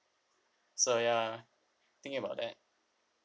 so ya thinking about that